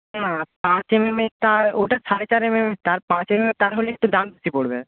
না পাঁচ এমএমের তার ওটা সাড়ে চার এমএমের তার পাঁচ এমএমের তার হলে একটু দাম বেশি পড়বে